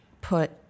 put